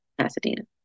pasadena